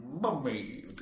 mummy